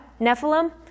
Nephilim